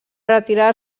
retirar